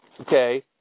okay